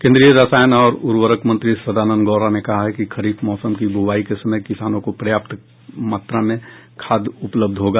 केंद्रीय रसायन और उर्वरक मंत्री सदानंद गौड़ा ने कहा है कि खरीफ मौसम की बुवाई के समय किसानों को खाद पर्याप्त मात्रा में उपलब्ध होगा